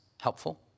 helpful